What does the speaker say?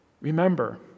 Remember